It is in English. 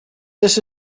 this